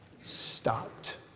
stopped